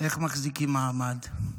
איך מחזיקים מעמד?